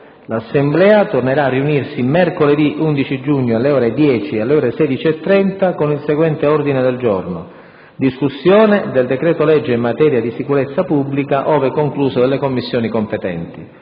L'Assemblea pertanto tornerà a riunirsi mercoledì 11 giugno, alle ore 10 e alle ore 16,30, con all'ordine del giorno la discussione del decreto-legge in materia di sicurezza pubblica, ove concluso dalle Commissioni competenti.